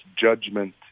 judgment